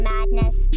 Madness